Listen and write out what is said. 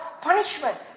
punishment